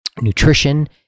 nutrition